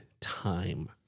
time